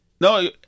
No